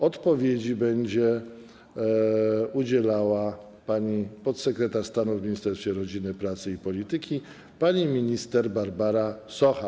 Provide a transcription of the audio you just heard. Odpowiedzi będzie udzielała podsekretarz stanu w Ministerstwie Rodziny, Pracy i Polityki Społecznej pani minister Barbara Socha.